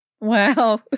Wow